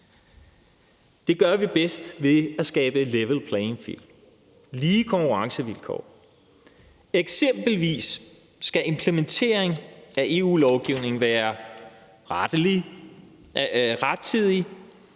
Det gør vi bedst ved at skabe level playing field, lige konkurrencevilkår. Eksempelvis skal implementering af EU-lovgivning være rettidig,